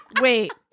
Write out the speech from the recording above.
Wait